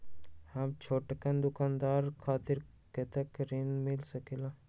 हम छोटकन दुकानदार के खातीर कतेक ऋण मिल सकेला?